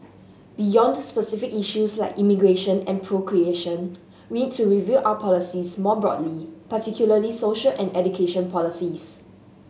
beyond specific issues like immigration and procreation we need to review our policies more broadly particularly social and education policies